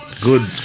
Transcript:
good